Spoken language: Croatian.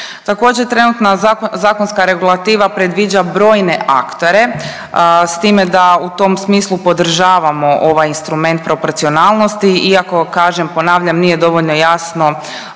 Također, trenutna zakonska regulativa predviđa brojne aktere s time da u tom smislu podržavamo ovaj instrument proporcionalnosti iako kažem ponavljam nije dovoljno jasno